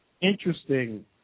interesting